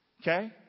Okay